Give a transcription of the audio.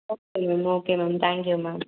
okay ma'am okay ma'am thank you ma'am